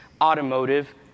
automotive